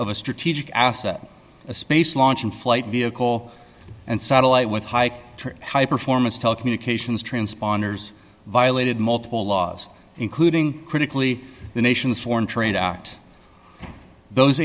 of a strategic asset a space launch in flight vehicle and satellite with hike high performance telecommunications transponders violated multiple laws including critically the nation's foreign trade act those